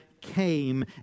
came